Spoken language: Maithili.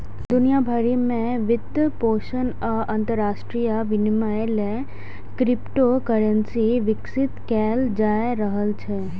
दुनिया भरि मे वित्तपोषण आ अंतरराष्ट्रीय विनिमय लेल क्रिप्टोकरेंसी विकसित कैल जा रहल छै